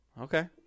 Okay